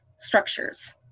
structures